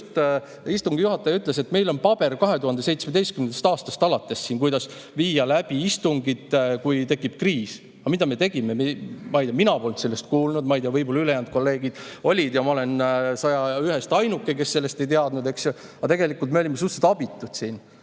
Nagu istungi juhataja ütles, meil on alates 2017. aastast [juhised], kuidas viia läbi istungit, kui tekib kriis. Aga mida me tegime? Mina polnud sellest kuulnud, ma ei tea, võib-olla ülejäänud kolleegid olid ja ma olen 101-st ainuke, kes sellest ei teadnud. Aga tegelikult me olime suhteliselt abitud.